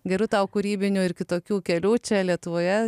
gerų tau kūrybinių ir kitokių kelių čia lietuvoje